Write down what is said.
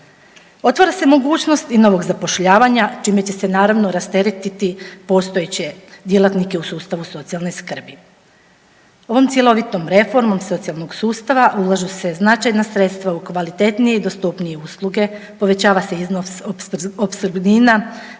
Otvara se mogućnost i novog zapošljavanja čime će se naravno rasteretiti postojeće djelatnike u sustavu socijalne skrbi. Ovom cjelovitom reformom socijalnog sustava ulažu se značajna sredstva u kvalitetnije i dostupnije usluge, povećava se iznos opskrbnina,